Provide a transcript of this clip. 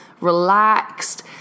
relaxed